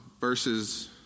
Verses